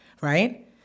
right